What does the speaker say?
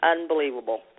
unbelievable